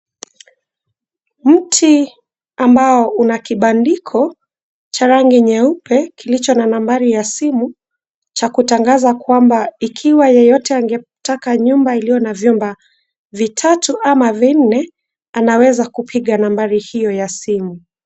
Mti ambao una kibandiko cha rangi nyeupe kilicho na nambari ya simu cha kutangaza kwamba ikiwa yeyote angetaka nyumba iliyo na vyumba vitatu ama vinne anaweza kupiga nambari hiyo ya simu.